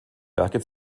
werke